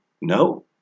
No